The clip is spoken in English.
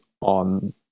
on